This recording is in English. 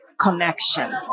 connection